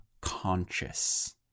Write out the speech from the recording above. conscious